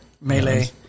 Melee